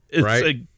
right